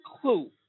clue